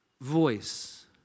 voice